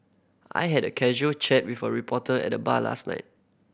I had a casual chat with a reporter at the bar last night